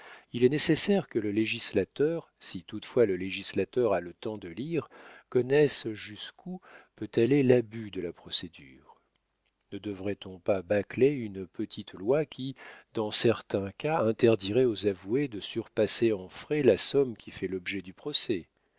il est nécessaire que le législateur si toutefois le législateur a le temps de lire connaisse jusqu'où peut aller l'abus de la procédure ne devrait on pas bâcler une petite loi qui dans certain cas interdirait aux avoués de surpasser en frais la somme qui fait l'objet du procès